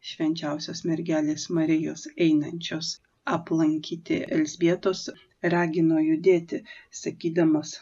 švenčiausios mergelės marijos einančios aplankyti elzbietos ragino judėti sakydamas